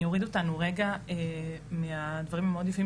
אני אוריד אותנו רגע מהדברים המאוד יפים